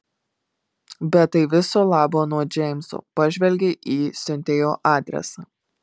bet tai viso labo nuo džeimso pažvelgė į siuntėjo adresą